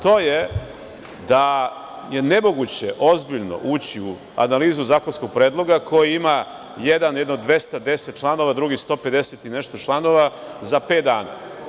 To je da je nemoguće ozbiljno ući u analizu zakonskog predloga koji ima jedan 210 članova, a drugi 150 i nešto članova za 5 dana.